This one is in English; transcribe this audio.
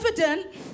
evident